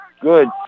good